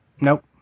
Nope